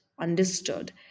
understood